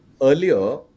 earlier